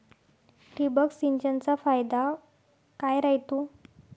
ठिबक सिंचनचा फायदा काय राह्यतो?